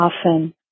often